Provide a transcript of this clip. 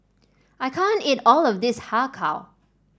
I can't eat all of this Har Kow